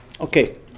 Okay